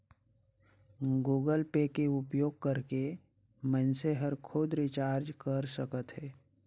Google Pay के उपयोग करके मइनसे हर खुद रिचार्ज कर सकथे